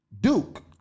Duke